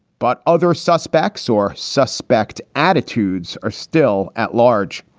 but other suspects or suspect attitudes are still at large.